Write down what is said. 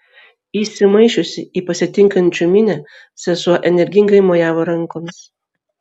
įsimaišiusi į pasitinkančių minią sesuo energingai mojavo rankomis